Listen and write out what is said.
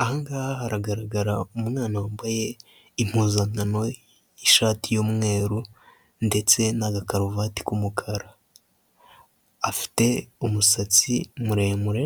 Aha ngaha haragaragara umwana wambaye impuzankano ishati y'umweru ndetse n'aga karuvati k'umukara, afite umusatsi muremure